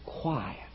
quiet